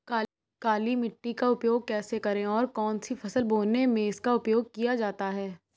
काली मिट्टी का उपयोग कैसे करें और कौन सी फसल बोने में इसका उपयोग किया जाता है?